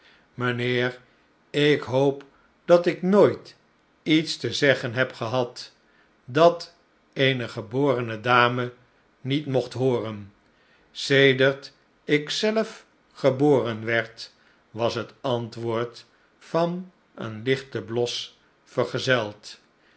mijnheer ik hoop dat ik nooit iets te zeggen heb gehad dat eene geborene dame niet mocht hooren sedert ik zelf geboren werd was het antwoord van een lichten bios vergezeld